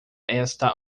esta